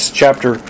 chapter